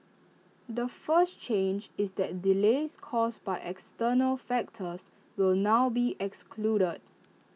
the first change is that delays caused by external factors will now be excluded